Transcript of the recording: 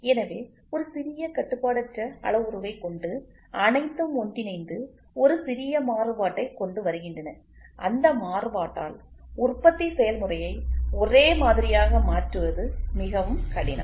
எனவே ஒரு சிறிய கட்டுப்பாடற்ற அளவுருவைக் கொண்டு அனைத்தும் ஒன்றிணைந்து ஒரு சிறிய மாறுபாட்டைக் கொண்டுவருகின்றன அந்த மாறுபாட்டால் உற்பத்தி செயல்முறையை ஒரே மாதிரியாக மாற்றுவது மிகவும் கடினம்